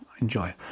enjoy